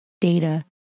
data